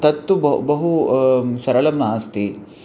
तत्तु ब बहु सरलं नास्ति